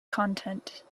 content